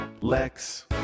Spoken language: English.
Lex